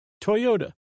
Toyota